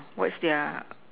what's their